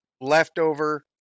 leftover